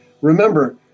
Remember